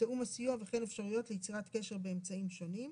תיאום הסיוע וכן אפשרויות ליצירת קשר באמצעים שונים.